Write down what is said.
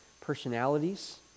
personalities